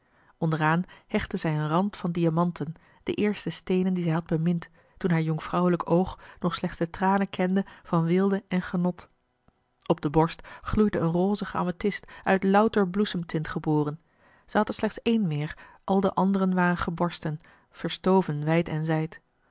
onderaan hechtte zij een rand van diamanten de eerste steenen die zij had bemind toen haar jonkvrouwelijk oog nog slechts de tranen kende van weelde en genot op de borst gloeide een rozige amethist uit louter bloesemtint geboren zij